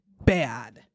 bad